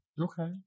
Okay